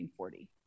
1940